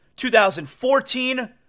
2014